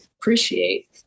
appreciate